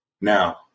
Now